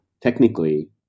Technically